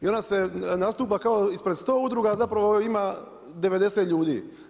I onda se nastupa kao ispred 100 udruga, a zapravo ima 90 ljudi.